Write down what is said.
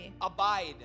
abide